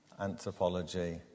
anthropology